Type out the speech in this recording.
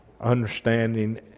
understanding